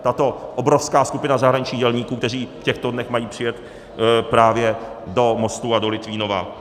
Tato obrovská skupina zahraničních dělníků, kteří v těchto dnech mají přijet právě do Mostu a do Litvínova?